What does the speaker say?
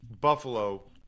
Buffalo